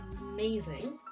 amazing